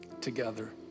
together